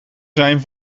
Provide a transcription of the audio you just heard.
zijn